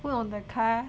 put on the car